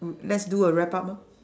mm let's do a wrap up lor